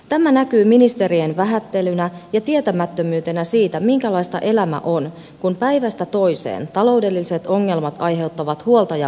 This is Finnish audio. tämä näkyy ministerien vähättelynä ja tietämättömyytenä siitä minkälaista elämä on kun päivästä toiseen taloudelliset ongelmat aiheuttavat huolta ja murhetta